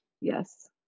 Yes